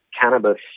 cannabis